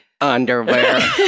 Underwear